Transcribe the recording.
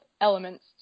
elements